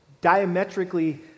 diametrically